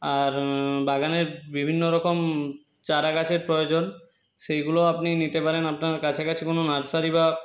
আর বাগানের বিভিন্ন রকম চারা গাছের প্রয়োজন সেইগুলো আপনি নিতে পারেন আপনার কাছাকাছি কোনো নার্সারি বা